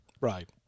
Right